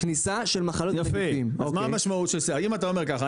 כניסה של מחלות -- יפה אז מה המשמעות של זה אם אתה אומר ככה,